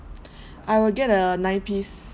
I will get a nine piece